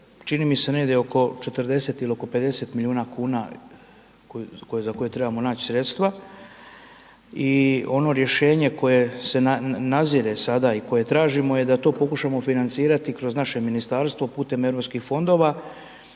čini mi se negdje oko 40 ili oko 50 milijuna kuna za koje trebamo naći sredstva i ono rješenje koje se nazire sada i koje tražimo je da to pokušamo financirati kroz naše ministarstvo putem EU fondova,